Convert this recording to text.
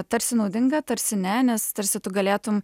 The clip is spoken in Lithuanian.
tarsi naudinga tarsi ne nes tarsi tu galėtum